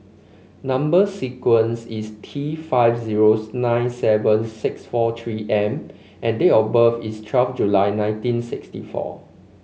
number sequence is T five zero nine seven six four three M and date of birth is twelve July nineteen sixty four